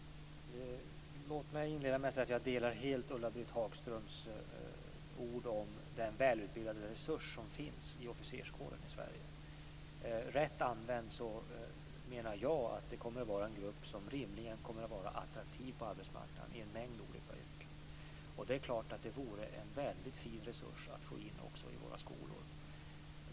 Fru talman! Låt mig inleda med att säga att jag helt delar Ulla-Britt Hagströms syn på den välutbildade resurs som finns i officerskåren i Sverige. Rätt använd menar jag att detta kommer att vara en grupp som rimligen blir attraktiv på arbetsmarknaden i en mängd olika yrken. Det vore förstås en väldigt fin resurs att få in också i våra skolor.